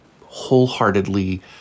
wholeheartedly